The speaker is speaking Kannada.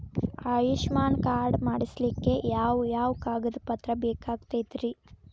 ಆಯುಷ್ಮಾನ್ ಕಾರ್ಡ್ ಮಾಡ್ಸ್ಲಿಕ್ಕೆ ಯಾವ ಯಾವ ಕಾಗದ ಪತ್ರ ಬೇಕಾಗತೈತ್ರಿ?